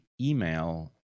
email